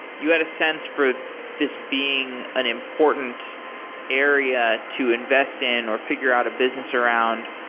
you had a sense for this being an important area to invest in, or figure out a business around,